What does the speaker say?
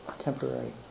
temporary